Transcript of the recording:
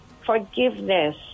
Forgiveness